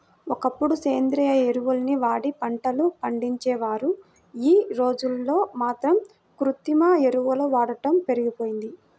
ఒకప్పుడు సేంద్రియ ఎరువుల్ని వాడి పంటలు పండించేవారు, యీ రోజుల్లో మాత్రం కృత్రిమ ఎరువుల వాడకం పెరిగిపోయింది